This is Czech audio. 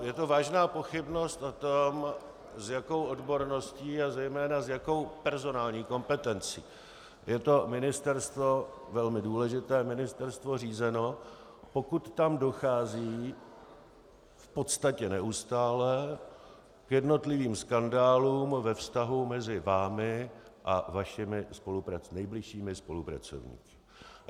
Je to vážná pochybnost, s jakou odborností a zejména s jakou personální kompetencí je ministerstvo, velmi důležité ministerstvo, řízeno, pokud tam dochází, v podstatě neustále, k jednotlivým skandálům ve vztahu mezi vámi a vašimi nejbližšími spolupracovníky.